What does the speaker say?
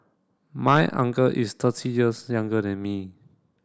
my uncle is thirty years younger than me